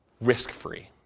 risk-free